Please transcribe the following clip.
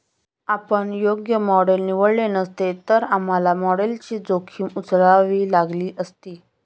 आपण योग्य मॉडेल निवडले नसते, तर आम्हाला मॉडेलची जोखीम उचलावी लागली असती